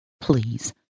Please